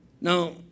Now